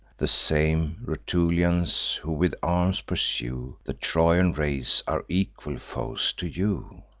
the same rutulians, who with arms pursue the trojan race, are equal foes to you.